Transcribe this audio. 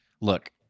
look